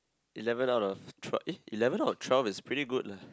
eleven out of twe~ eh eleven out of twelve is pretty good leh